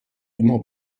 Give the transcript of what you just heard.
immer